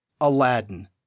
Aladdin